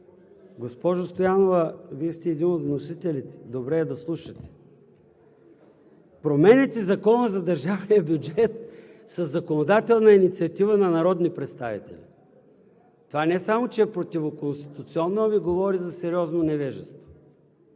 Госпожо Стоянова, Вие сте един от вносителите, добре е да слушате. Промените в Закона за държавния бюджет са законодателна инициатива на народни представители. Това не само че е противоконституционно, ами говори за сериозно невежество.